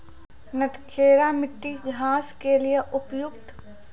नटखेरा मिट्टी घास के लिए उपयुक्त?